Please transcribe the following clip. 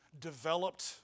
developed